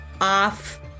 off